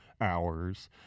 hours